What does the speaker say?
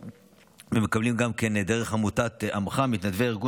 מקבלים גם דרך עמותת "עמך" מתנדבי הארגון